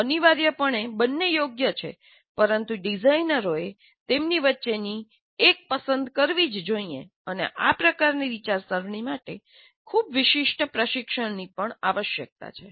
અનિવાર્યપણે બંને યોગ્ય છે પરંતુ ડિઝાઇનરોએ તેમની વચ્ચેની એક પસંદ કરવી જ જોઇએ અને આ પ્રકારની વિચારસરણી માટે ખૂબ વિશિષ્ટ પ્રશિક્ષણની પણ આવશ્યકતા છે